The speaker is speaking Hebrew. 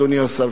אדוני השר,